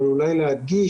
אבל אולי להדגיש,